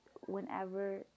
whenever